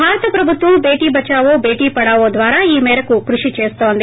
భారత ప్రభుత్వం బేటీ బచావో బేటీ పడావో ద్వారా ఈ మేరకు కృషి చేస్తోంది